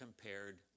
compared